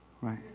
Right